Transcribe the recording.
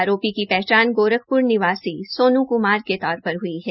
आरोपी की पहचान गोरखप्र निवासी सोनू क्मार के तौर पर हुई है